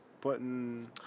putting